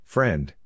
Friend